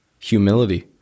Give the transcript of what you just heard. humility